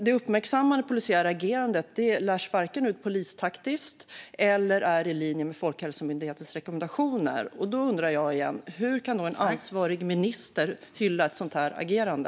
Det uppmärksammade polisiära agerandet lärs inte ut polistaktiskt och är inte heller i linje med Folkhälsomyndighetens rekommendationer. Hur kan då en ansvarig minister hylla ett sådant agerande?